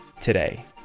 today